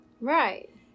Right